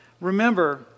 Remember